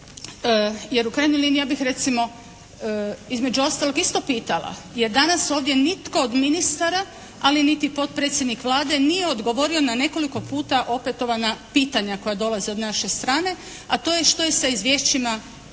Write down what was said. Jer u krajnjoj liniji ja bih recimo između ostaloga isto pitala, jer danas ovdje nitko od ministara ali niti potpredsjednik Vlade nije odgovorio na nekoliko puta opetovana pitanja koja dolaze od naše strane, a to je što je sa izvješćima